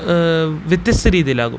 വ്യത്യസ്ത രീതിയിലാകും